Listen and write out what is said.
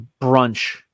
brunch